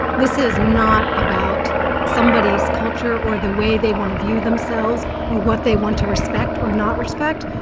this is not about somebody's culture or the way they want to view themselves or what they want to respect or not respect.